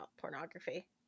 pornography